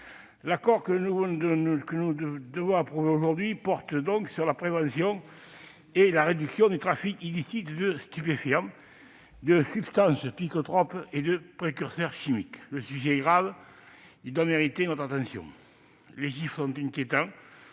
L'accord que nous devons approuver aujourd'hui porte sur la prévention et la réduction du trafic illicite de stupéfiants, de substances psychotropes et de précurseurs chimiques. Le sujet est grave et mérite notre attention. Les chiffres sont inquiétants